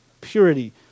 purity